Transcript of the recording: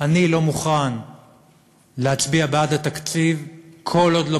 אני לא מוכן להצביע בעד התקציב כל עוד לא